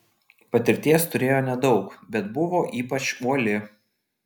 patirties turėjo nedaug bet buvo ypač uoli